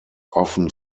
often